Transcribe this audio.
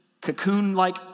cocoon-like